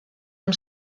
amb